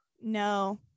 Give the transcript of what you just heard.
No